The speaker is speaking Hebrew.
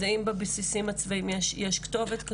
בכל ארגון, אז האם בבסיסים הצבאיים יש כתובת כזו.